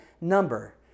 number